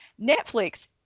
Netflix